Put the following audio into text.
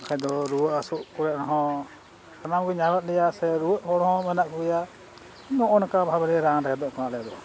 ᱵᱟᱠᱷᱟᱡ ᱫᱚ ᱨᱩᱣᱟᱹ ᱦᱟᱹᱥᱩᱜ ᱠᱚᱨᱮᱜ ᱦᱚᱸ ᱥᱟᱱᱟᱢ ᱜᱮ ᱧᱟᱢᱮᱫ ᱞᱮᱭᱟ ᱥᱮ ᱨᱩᱣᱟᱹᱜ ᱦᱚᱲ ᱦᱚᱸ ᱢᱮᱱᱟᱜ ᱠᱚᱜᱮᱭᱟ ᱱᱚᱜᱼᱚ ᱱᱚᱝᱠᱟ ᱵᱷᱟᱵᱮ ᱨᱟᱱ ᱨᱮᱦᱮᱫᱚᱜ ᱠᱟᱱᱟᱞᱮ ᱫᱚ